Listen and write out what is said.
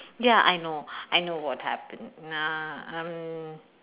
ya I know I know what happened na~ uh